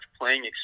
playing